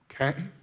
okay